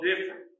different